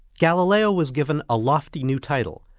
galileo was given a lofty new title,